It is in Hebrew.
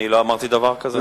אני לא אמרתי דבר כזה.